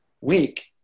week